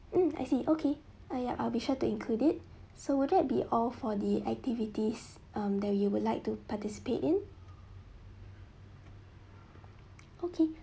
mm I see okay oh yup I'll be try to include it so will that be all for the activities um that you would like to participate in okay